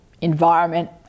environment